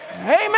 Amen